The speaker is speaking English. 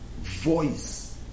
voice